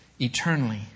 eternally